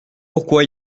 pourquoi